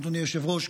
אדוני היושב-ראש,